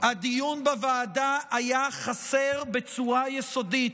על כך, הדיון בוועדה היה חסר בצורה יסודית,